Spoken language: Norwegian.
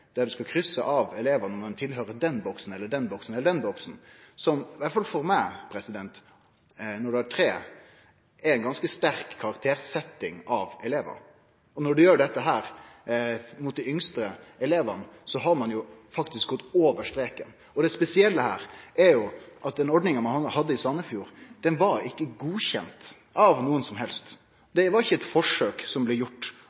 skal krysse av for om eleven høyrer til i den boksen, i den boksen eller i den boksen. I alle fall for meg er dette – når ein har tre trinn – ei ganske sterk karaktersetjing av elevane. Når dette gjeld dei yngste elevane, har ein faktisk gått over streken. Det spesielle her er at den ordninga ein hadde i Sandefjord, ikkje var godkjend av nokon. Det var ikkje eit forsøk som blei gjort